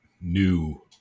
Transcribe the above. new